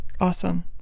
Awesome